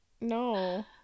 No